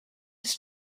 his